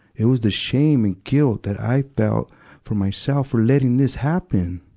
it was the shame and guilt that i felt for myself for letting this happen.